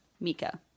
Mika